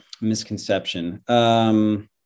Misconception